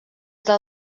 del